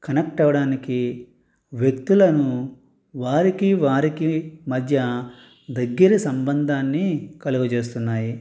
connect అవ్వడానికి వ్యక్తులను వారికీ వారికీ మధ్య దగ్గర సంబంధాన్ని కలుగజేస్తున్నాయి